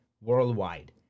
worldwide